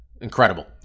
Incredible